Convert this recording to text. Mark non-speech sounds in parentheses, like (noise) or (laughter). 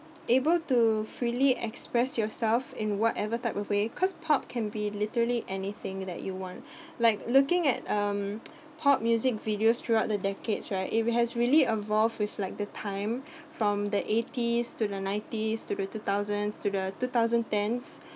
able to freely express yourself in whatever type of way cause pop can be literally anything that you want (breath) like looking at um pop music videos throughout the decades right if it has really evolved with like the time (breath) from the eighties to the nineties to the two thousands to the two thousand tens